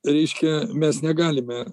reiškia mes negalime